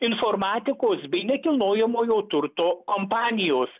informatikos bei nekilnojamojo turto kompanijos